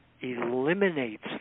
eliminates